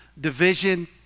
division